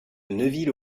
neuville